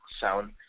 sound